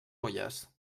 olles